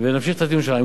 בדבר ונמשיך את הדיון שם.